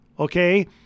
Okay